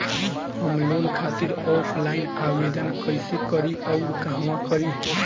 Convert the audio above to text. हम लोन खातिर ऑफलाइन आवेदन कइसे करि अउर कहवा करी?